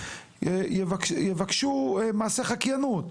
יבקשו מעשה חקיינות.